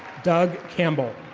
doug campbell.